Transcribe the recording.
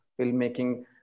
filmmaking